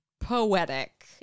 poetic